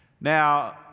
now